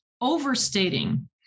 overstating